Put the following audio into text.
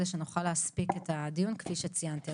כדי שנוכל להספיק את הדיון כפי שציינתי.